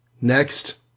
Next